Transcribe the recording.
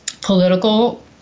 political